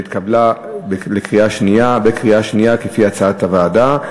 התקבלה בקריאה שנייה כפי שהציעה הוועדה.